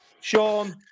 Sean